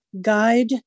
Guide